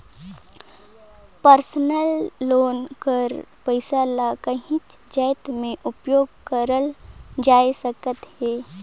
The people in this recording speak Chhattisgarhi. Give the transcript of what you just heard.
परसनल लोन कर पइसा ल काहींच जाएत में उपयोग करल जाए सकत अहे